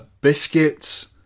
Biscuits